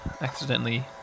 accidentally